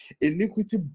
Iniquity